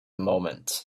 moment